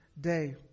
day